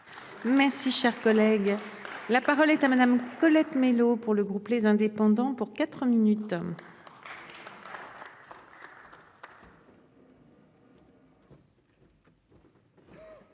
Merci cher collègue. La parole est à madame. Colette Mélot pour le groupe les indépendants pour 4 minutes.